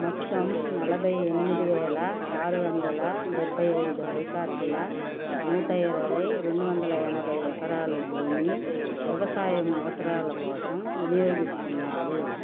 మొత్తం నలబై ఎనిమిది వేల ఆరు వందల డెబ్భై ఐదు హైకార్ట్ల నూట ఇరవై రెండువందల ఎనబై ఎకరాలు భూమి వ్యవసాయం అవసరాల కోసం వినియోగిస్తున్నారు